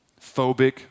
phobic